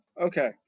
Okay